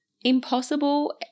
impossible